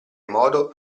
modo